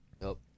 Nope